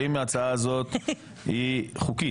האם ההצעה הזאת היא חוקית?